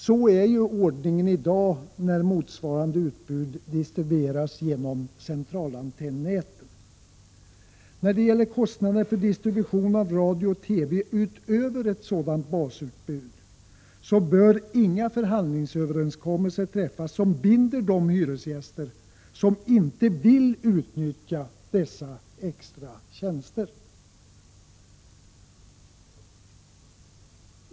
Så är ju ordningen i dag när motsvarande utbud distribueras genom centralantennäten. När det gäller kostnader för distribution av radiooch TV-sändningar utöver ett sådant basutbud bör inga förhandlingsöverenskommelser träffas som binder de hyresgäster som inte vill utnyttja dessa extra tjänster.